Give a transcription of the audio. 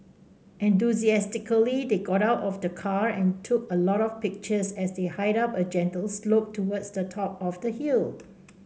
enthusiastically they got out of the car and took a lot of pictures as they hiked up a gentle slope towards the top of the hill